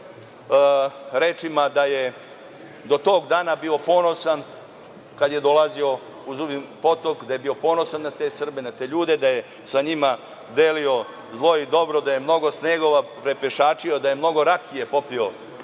da je do tog dana bio ponosan kada je dolazio u Zubin Potom, da je bio ponosan na te Srbe, na te ljude, da je sa njima delio zlo i dobro, da je mnogo snegova prepešačio, da je mnogo rakije popio